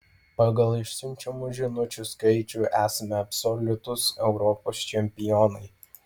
pagal išsiunčiamų žinučių skaičių esame absoliutūs europos čempionai